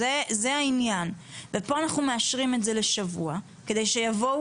זה העניין ופה אנחנו מאשרים את זה לשבוע כדי שיבואו